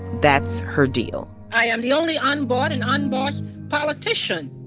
that's her deal i am the only unbought and unbossed politician,